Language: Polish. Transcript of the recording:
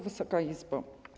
Wysoka Izbo!